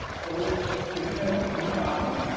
fold it to the middle from the bottom.